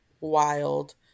wild